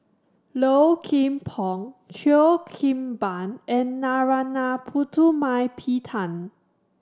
Low Kim Pong Cheo Kim Ban and Narana Putumaippittan